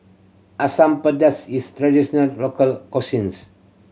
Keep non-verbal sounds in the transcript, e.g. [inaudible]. Asam Pedas is [unintelligible] local [unintelligible]